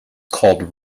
called